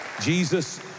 Jesus